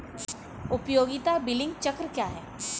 उपयोगिता बिलिंग चक्र क्या है?